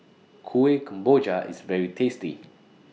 Kueh Kemboja IS very tasty